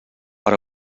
per